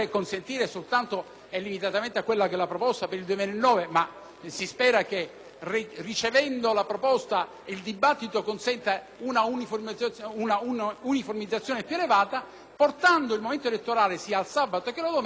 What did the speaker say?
si spera che il dibattito consenta una uniformizzazione più elevata, dato che portando il momento elettorale sia al sabato, sia alla domenica avremo una europeizzazione del sistema elettorale.